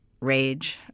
rage